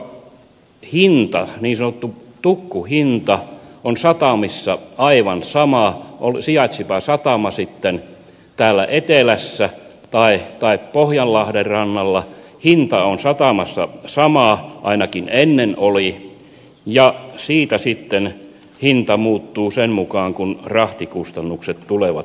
hinta niin sanottu tukkuhinta on satamissa aivan sama sijaitsipa satama sitten täällä etelässä tai pohjanlahden rannalla hinta on satamassa sama ainakin ennen oli ja siitä sitten hinta muuttuu sen mukaan kun rahtikustannukset tulevat